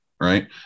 Right